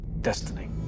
Destiny